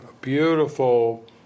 beautiful